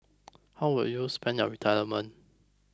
how will you spend your retirement